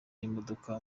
y’imodoka